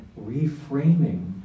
reframing